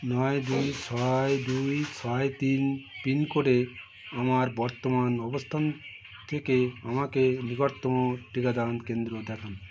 নয় দুই ছয় দুই ছয় তিন পিনকোডে আমার বর্তমান অবস্থান থেকে আমাকে নিকটতম টিকাদান কেন্দ্র দেখান